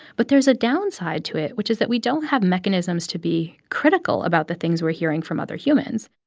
but there's a downside to it, which is that we don't have mechanisms to be critical about the things we're hearing from other humans